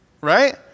right